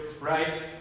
right